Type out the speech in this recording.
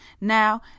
Now